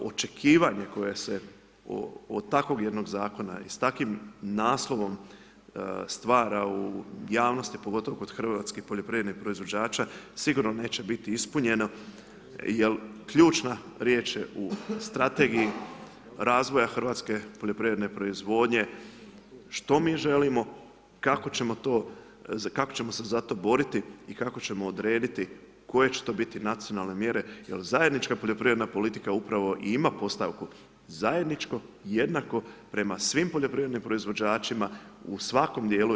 Očekivanje koje se od takvog jednog Zakona i s takvim naslovom stvara u javnosti, pogotovo kod hrvatskih poljoprivrednih proizvođača, sigurno neće biti ispunjeno jel ključna riječ je u strategiji razvoja hrvatske poljoprivredne proizvodnje, što mi želimo, kako ćemo se za to boriti i kako ćemo odrediti koje će to biti nacionalne mjere jel zajednička poljoprivredna politika upravo i ima postavku zajedničko jednako prema svim poljoprivrednim proizvođačima u svakom dijelu EU.